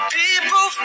people